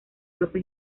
ropa